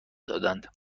دادند